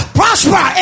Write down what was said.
prosper